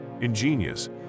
Ingenious